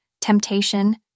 temptation